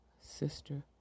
sister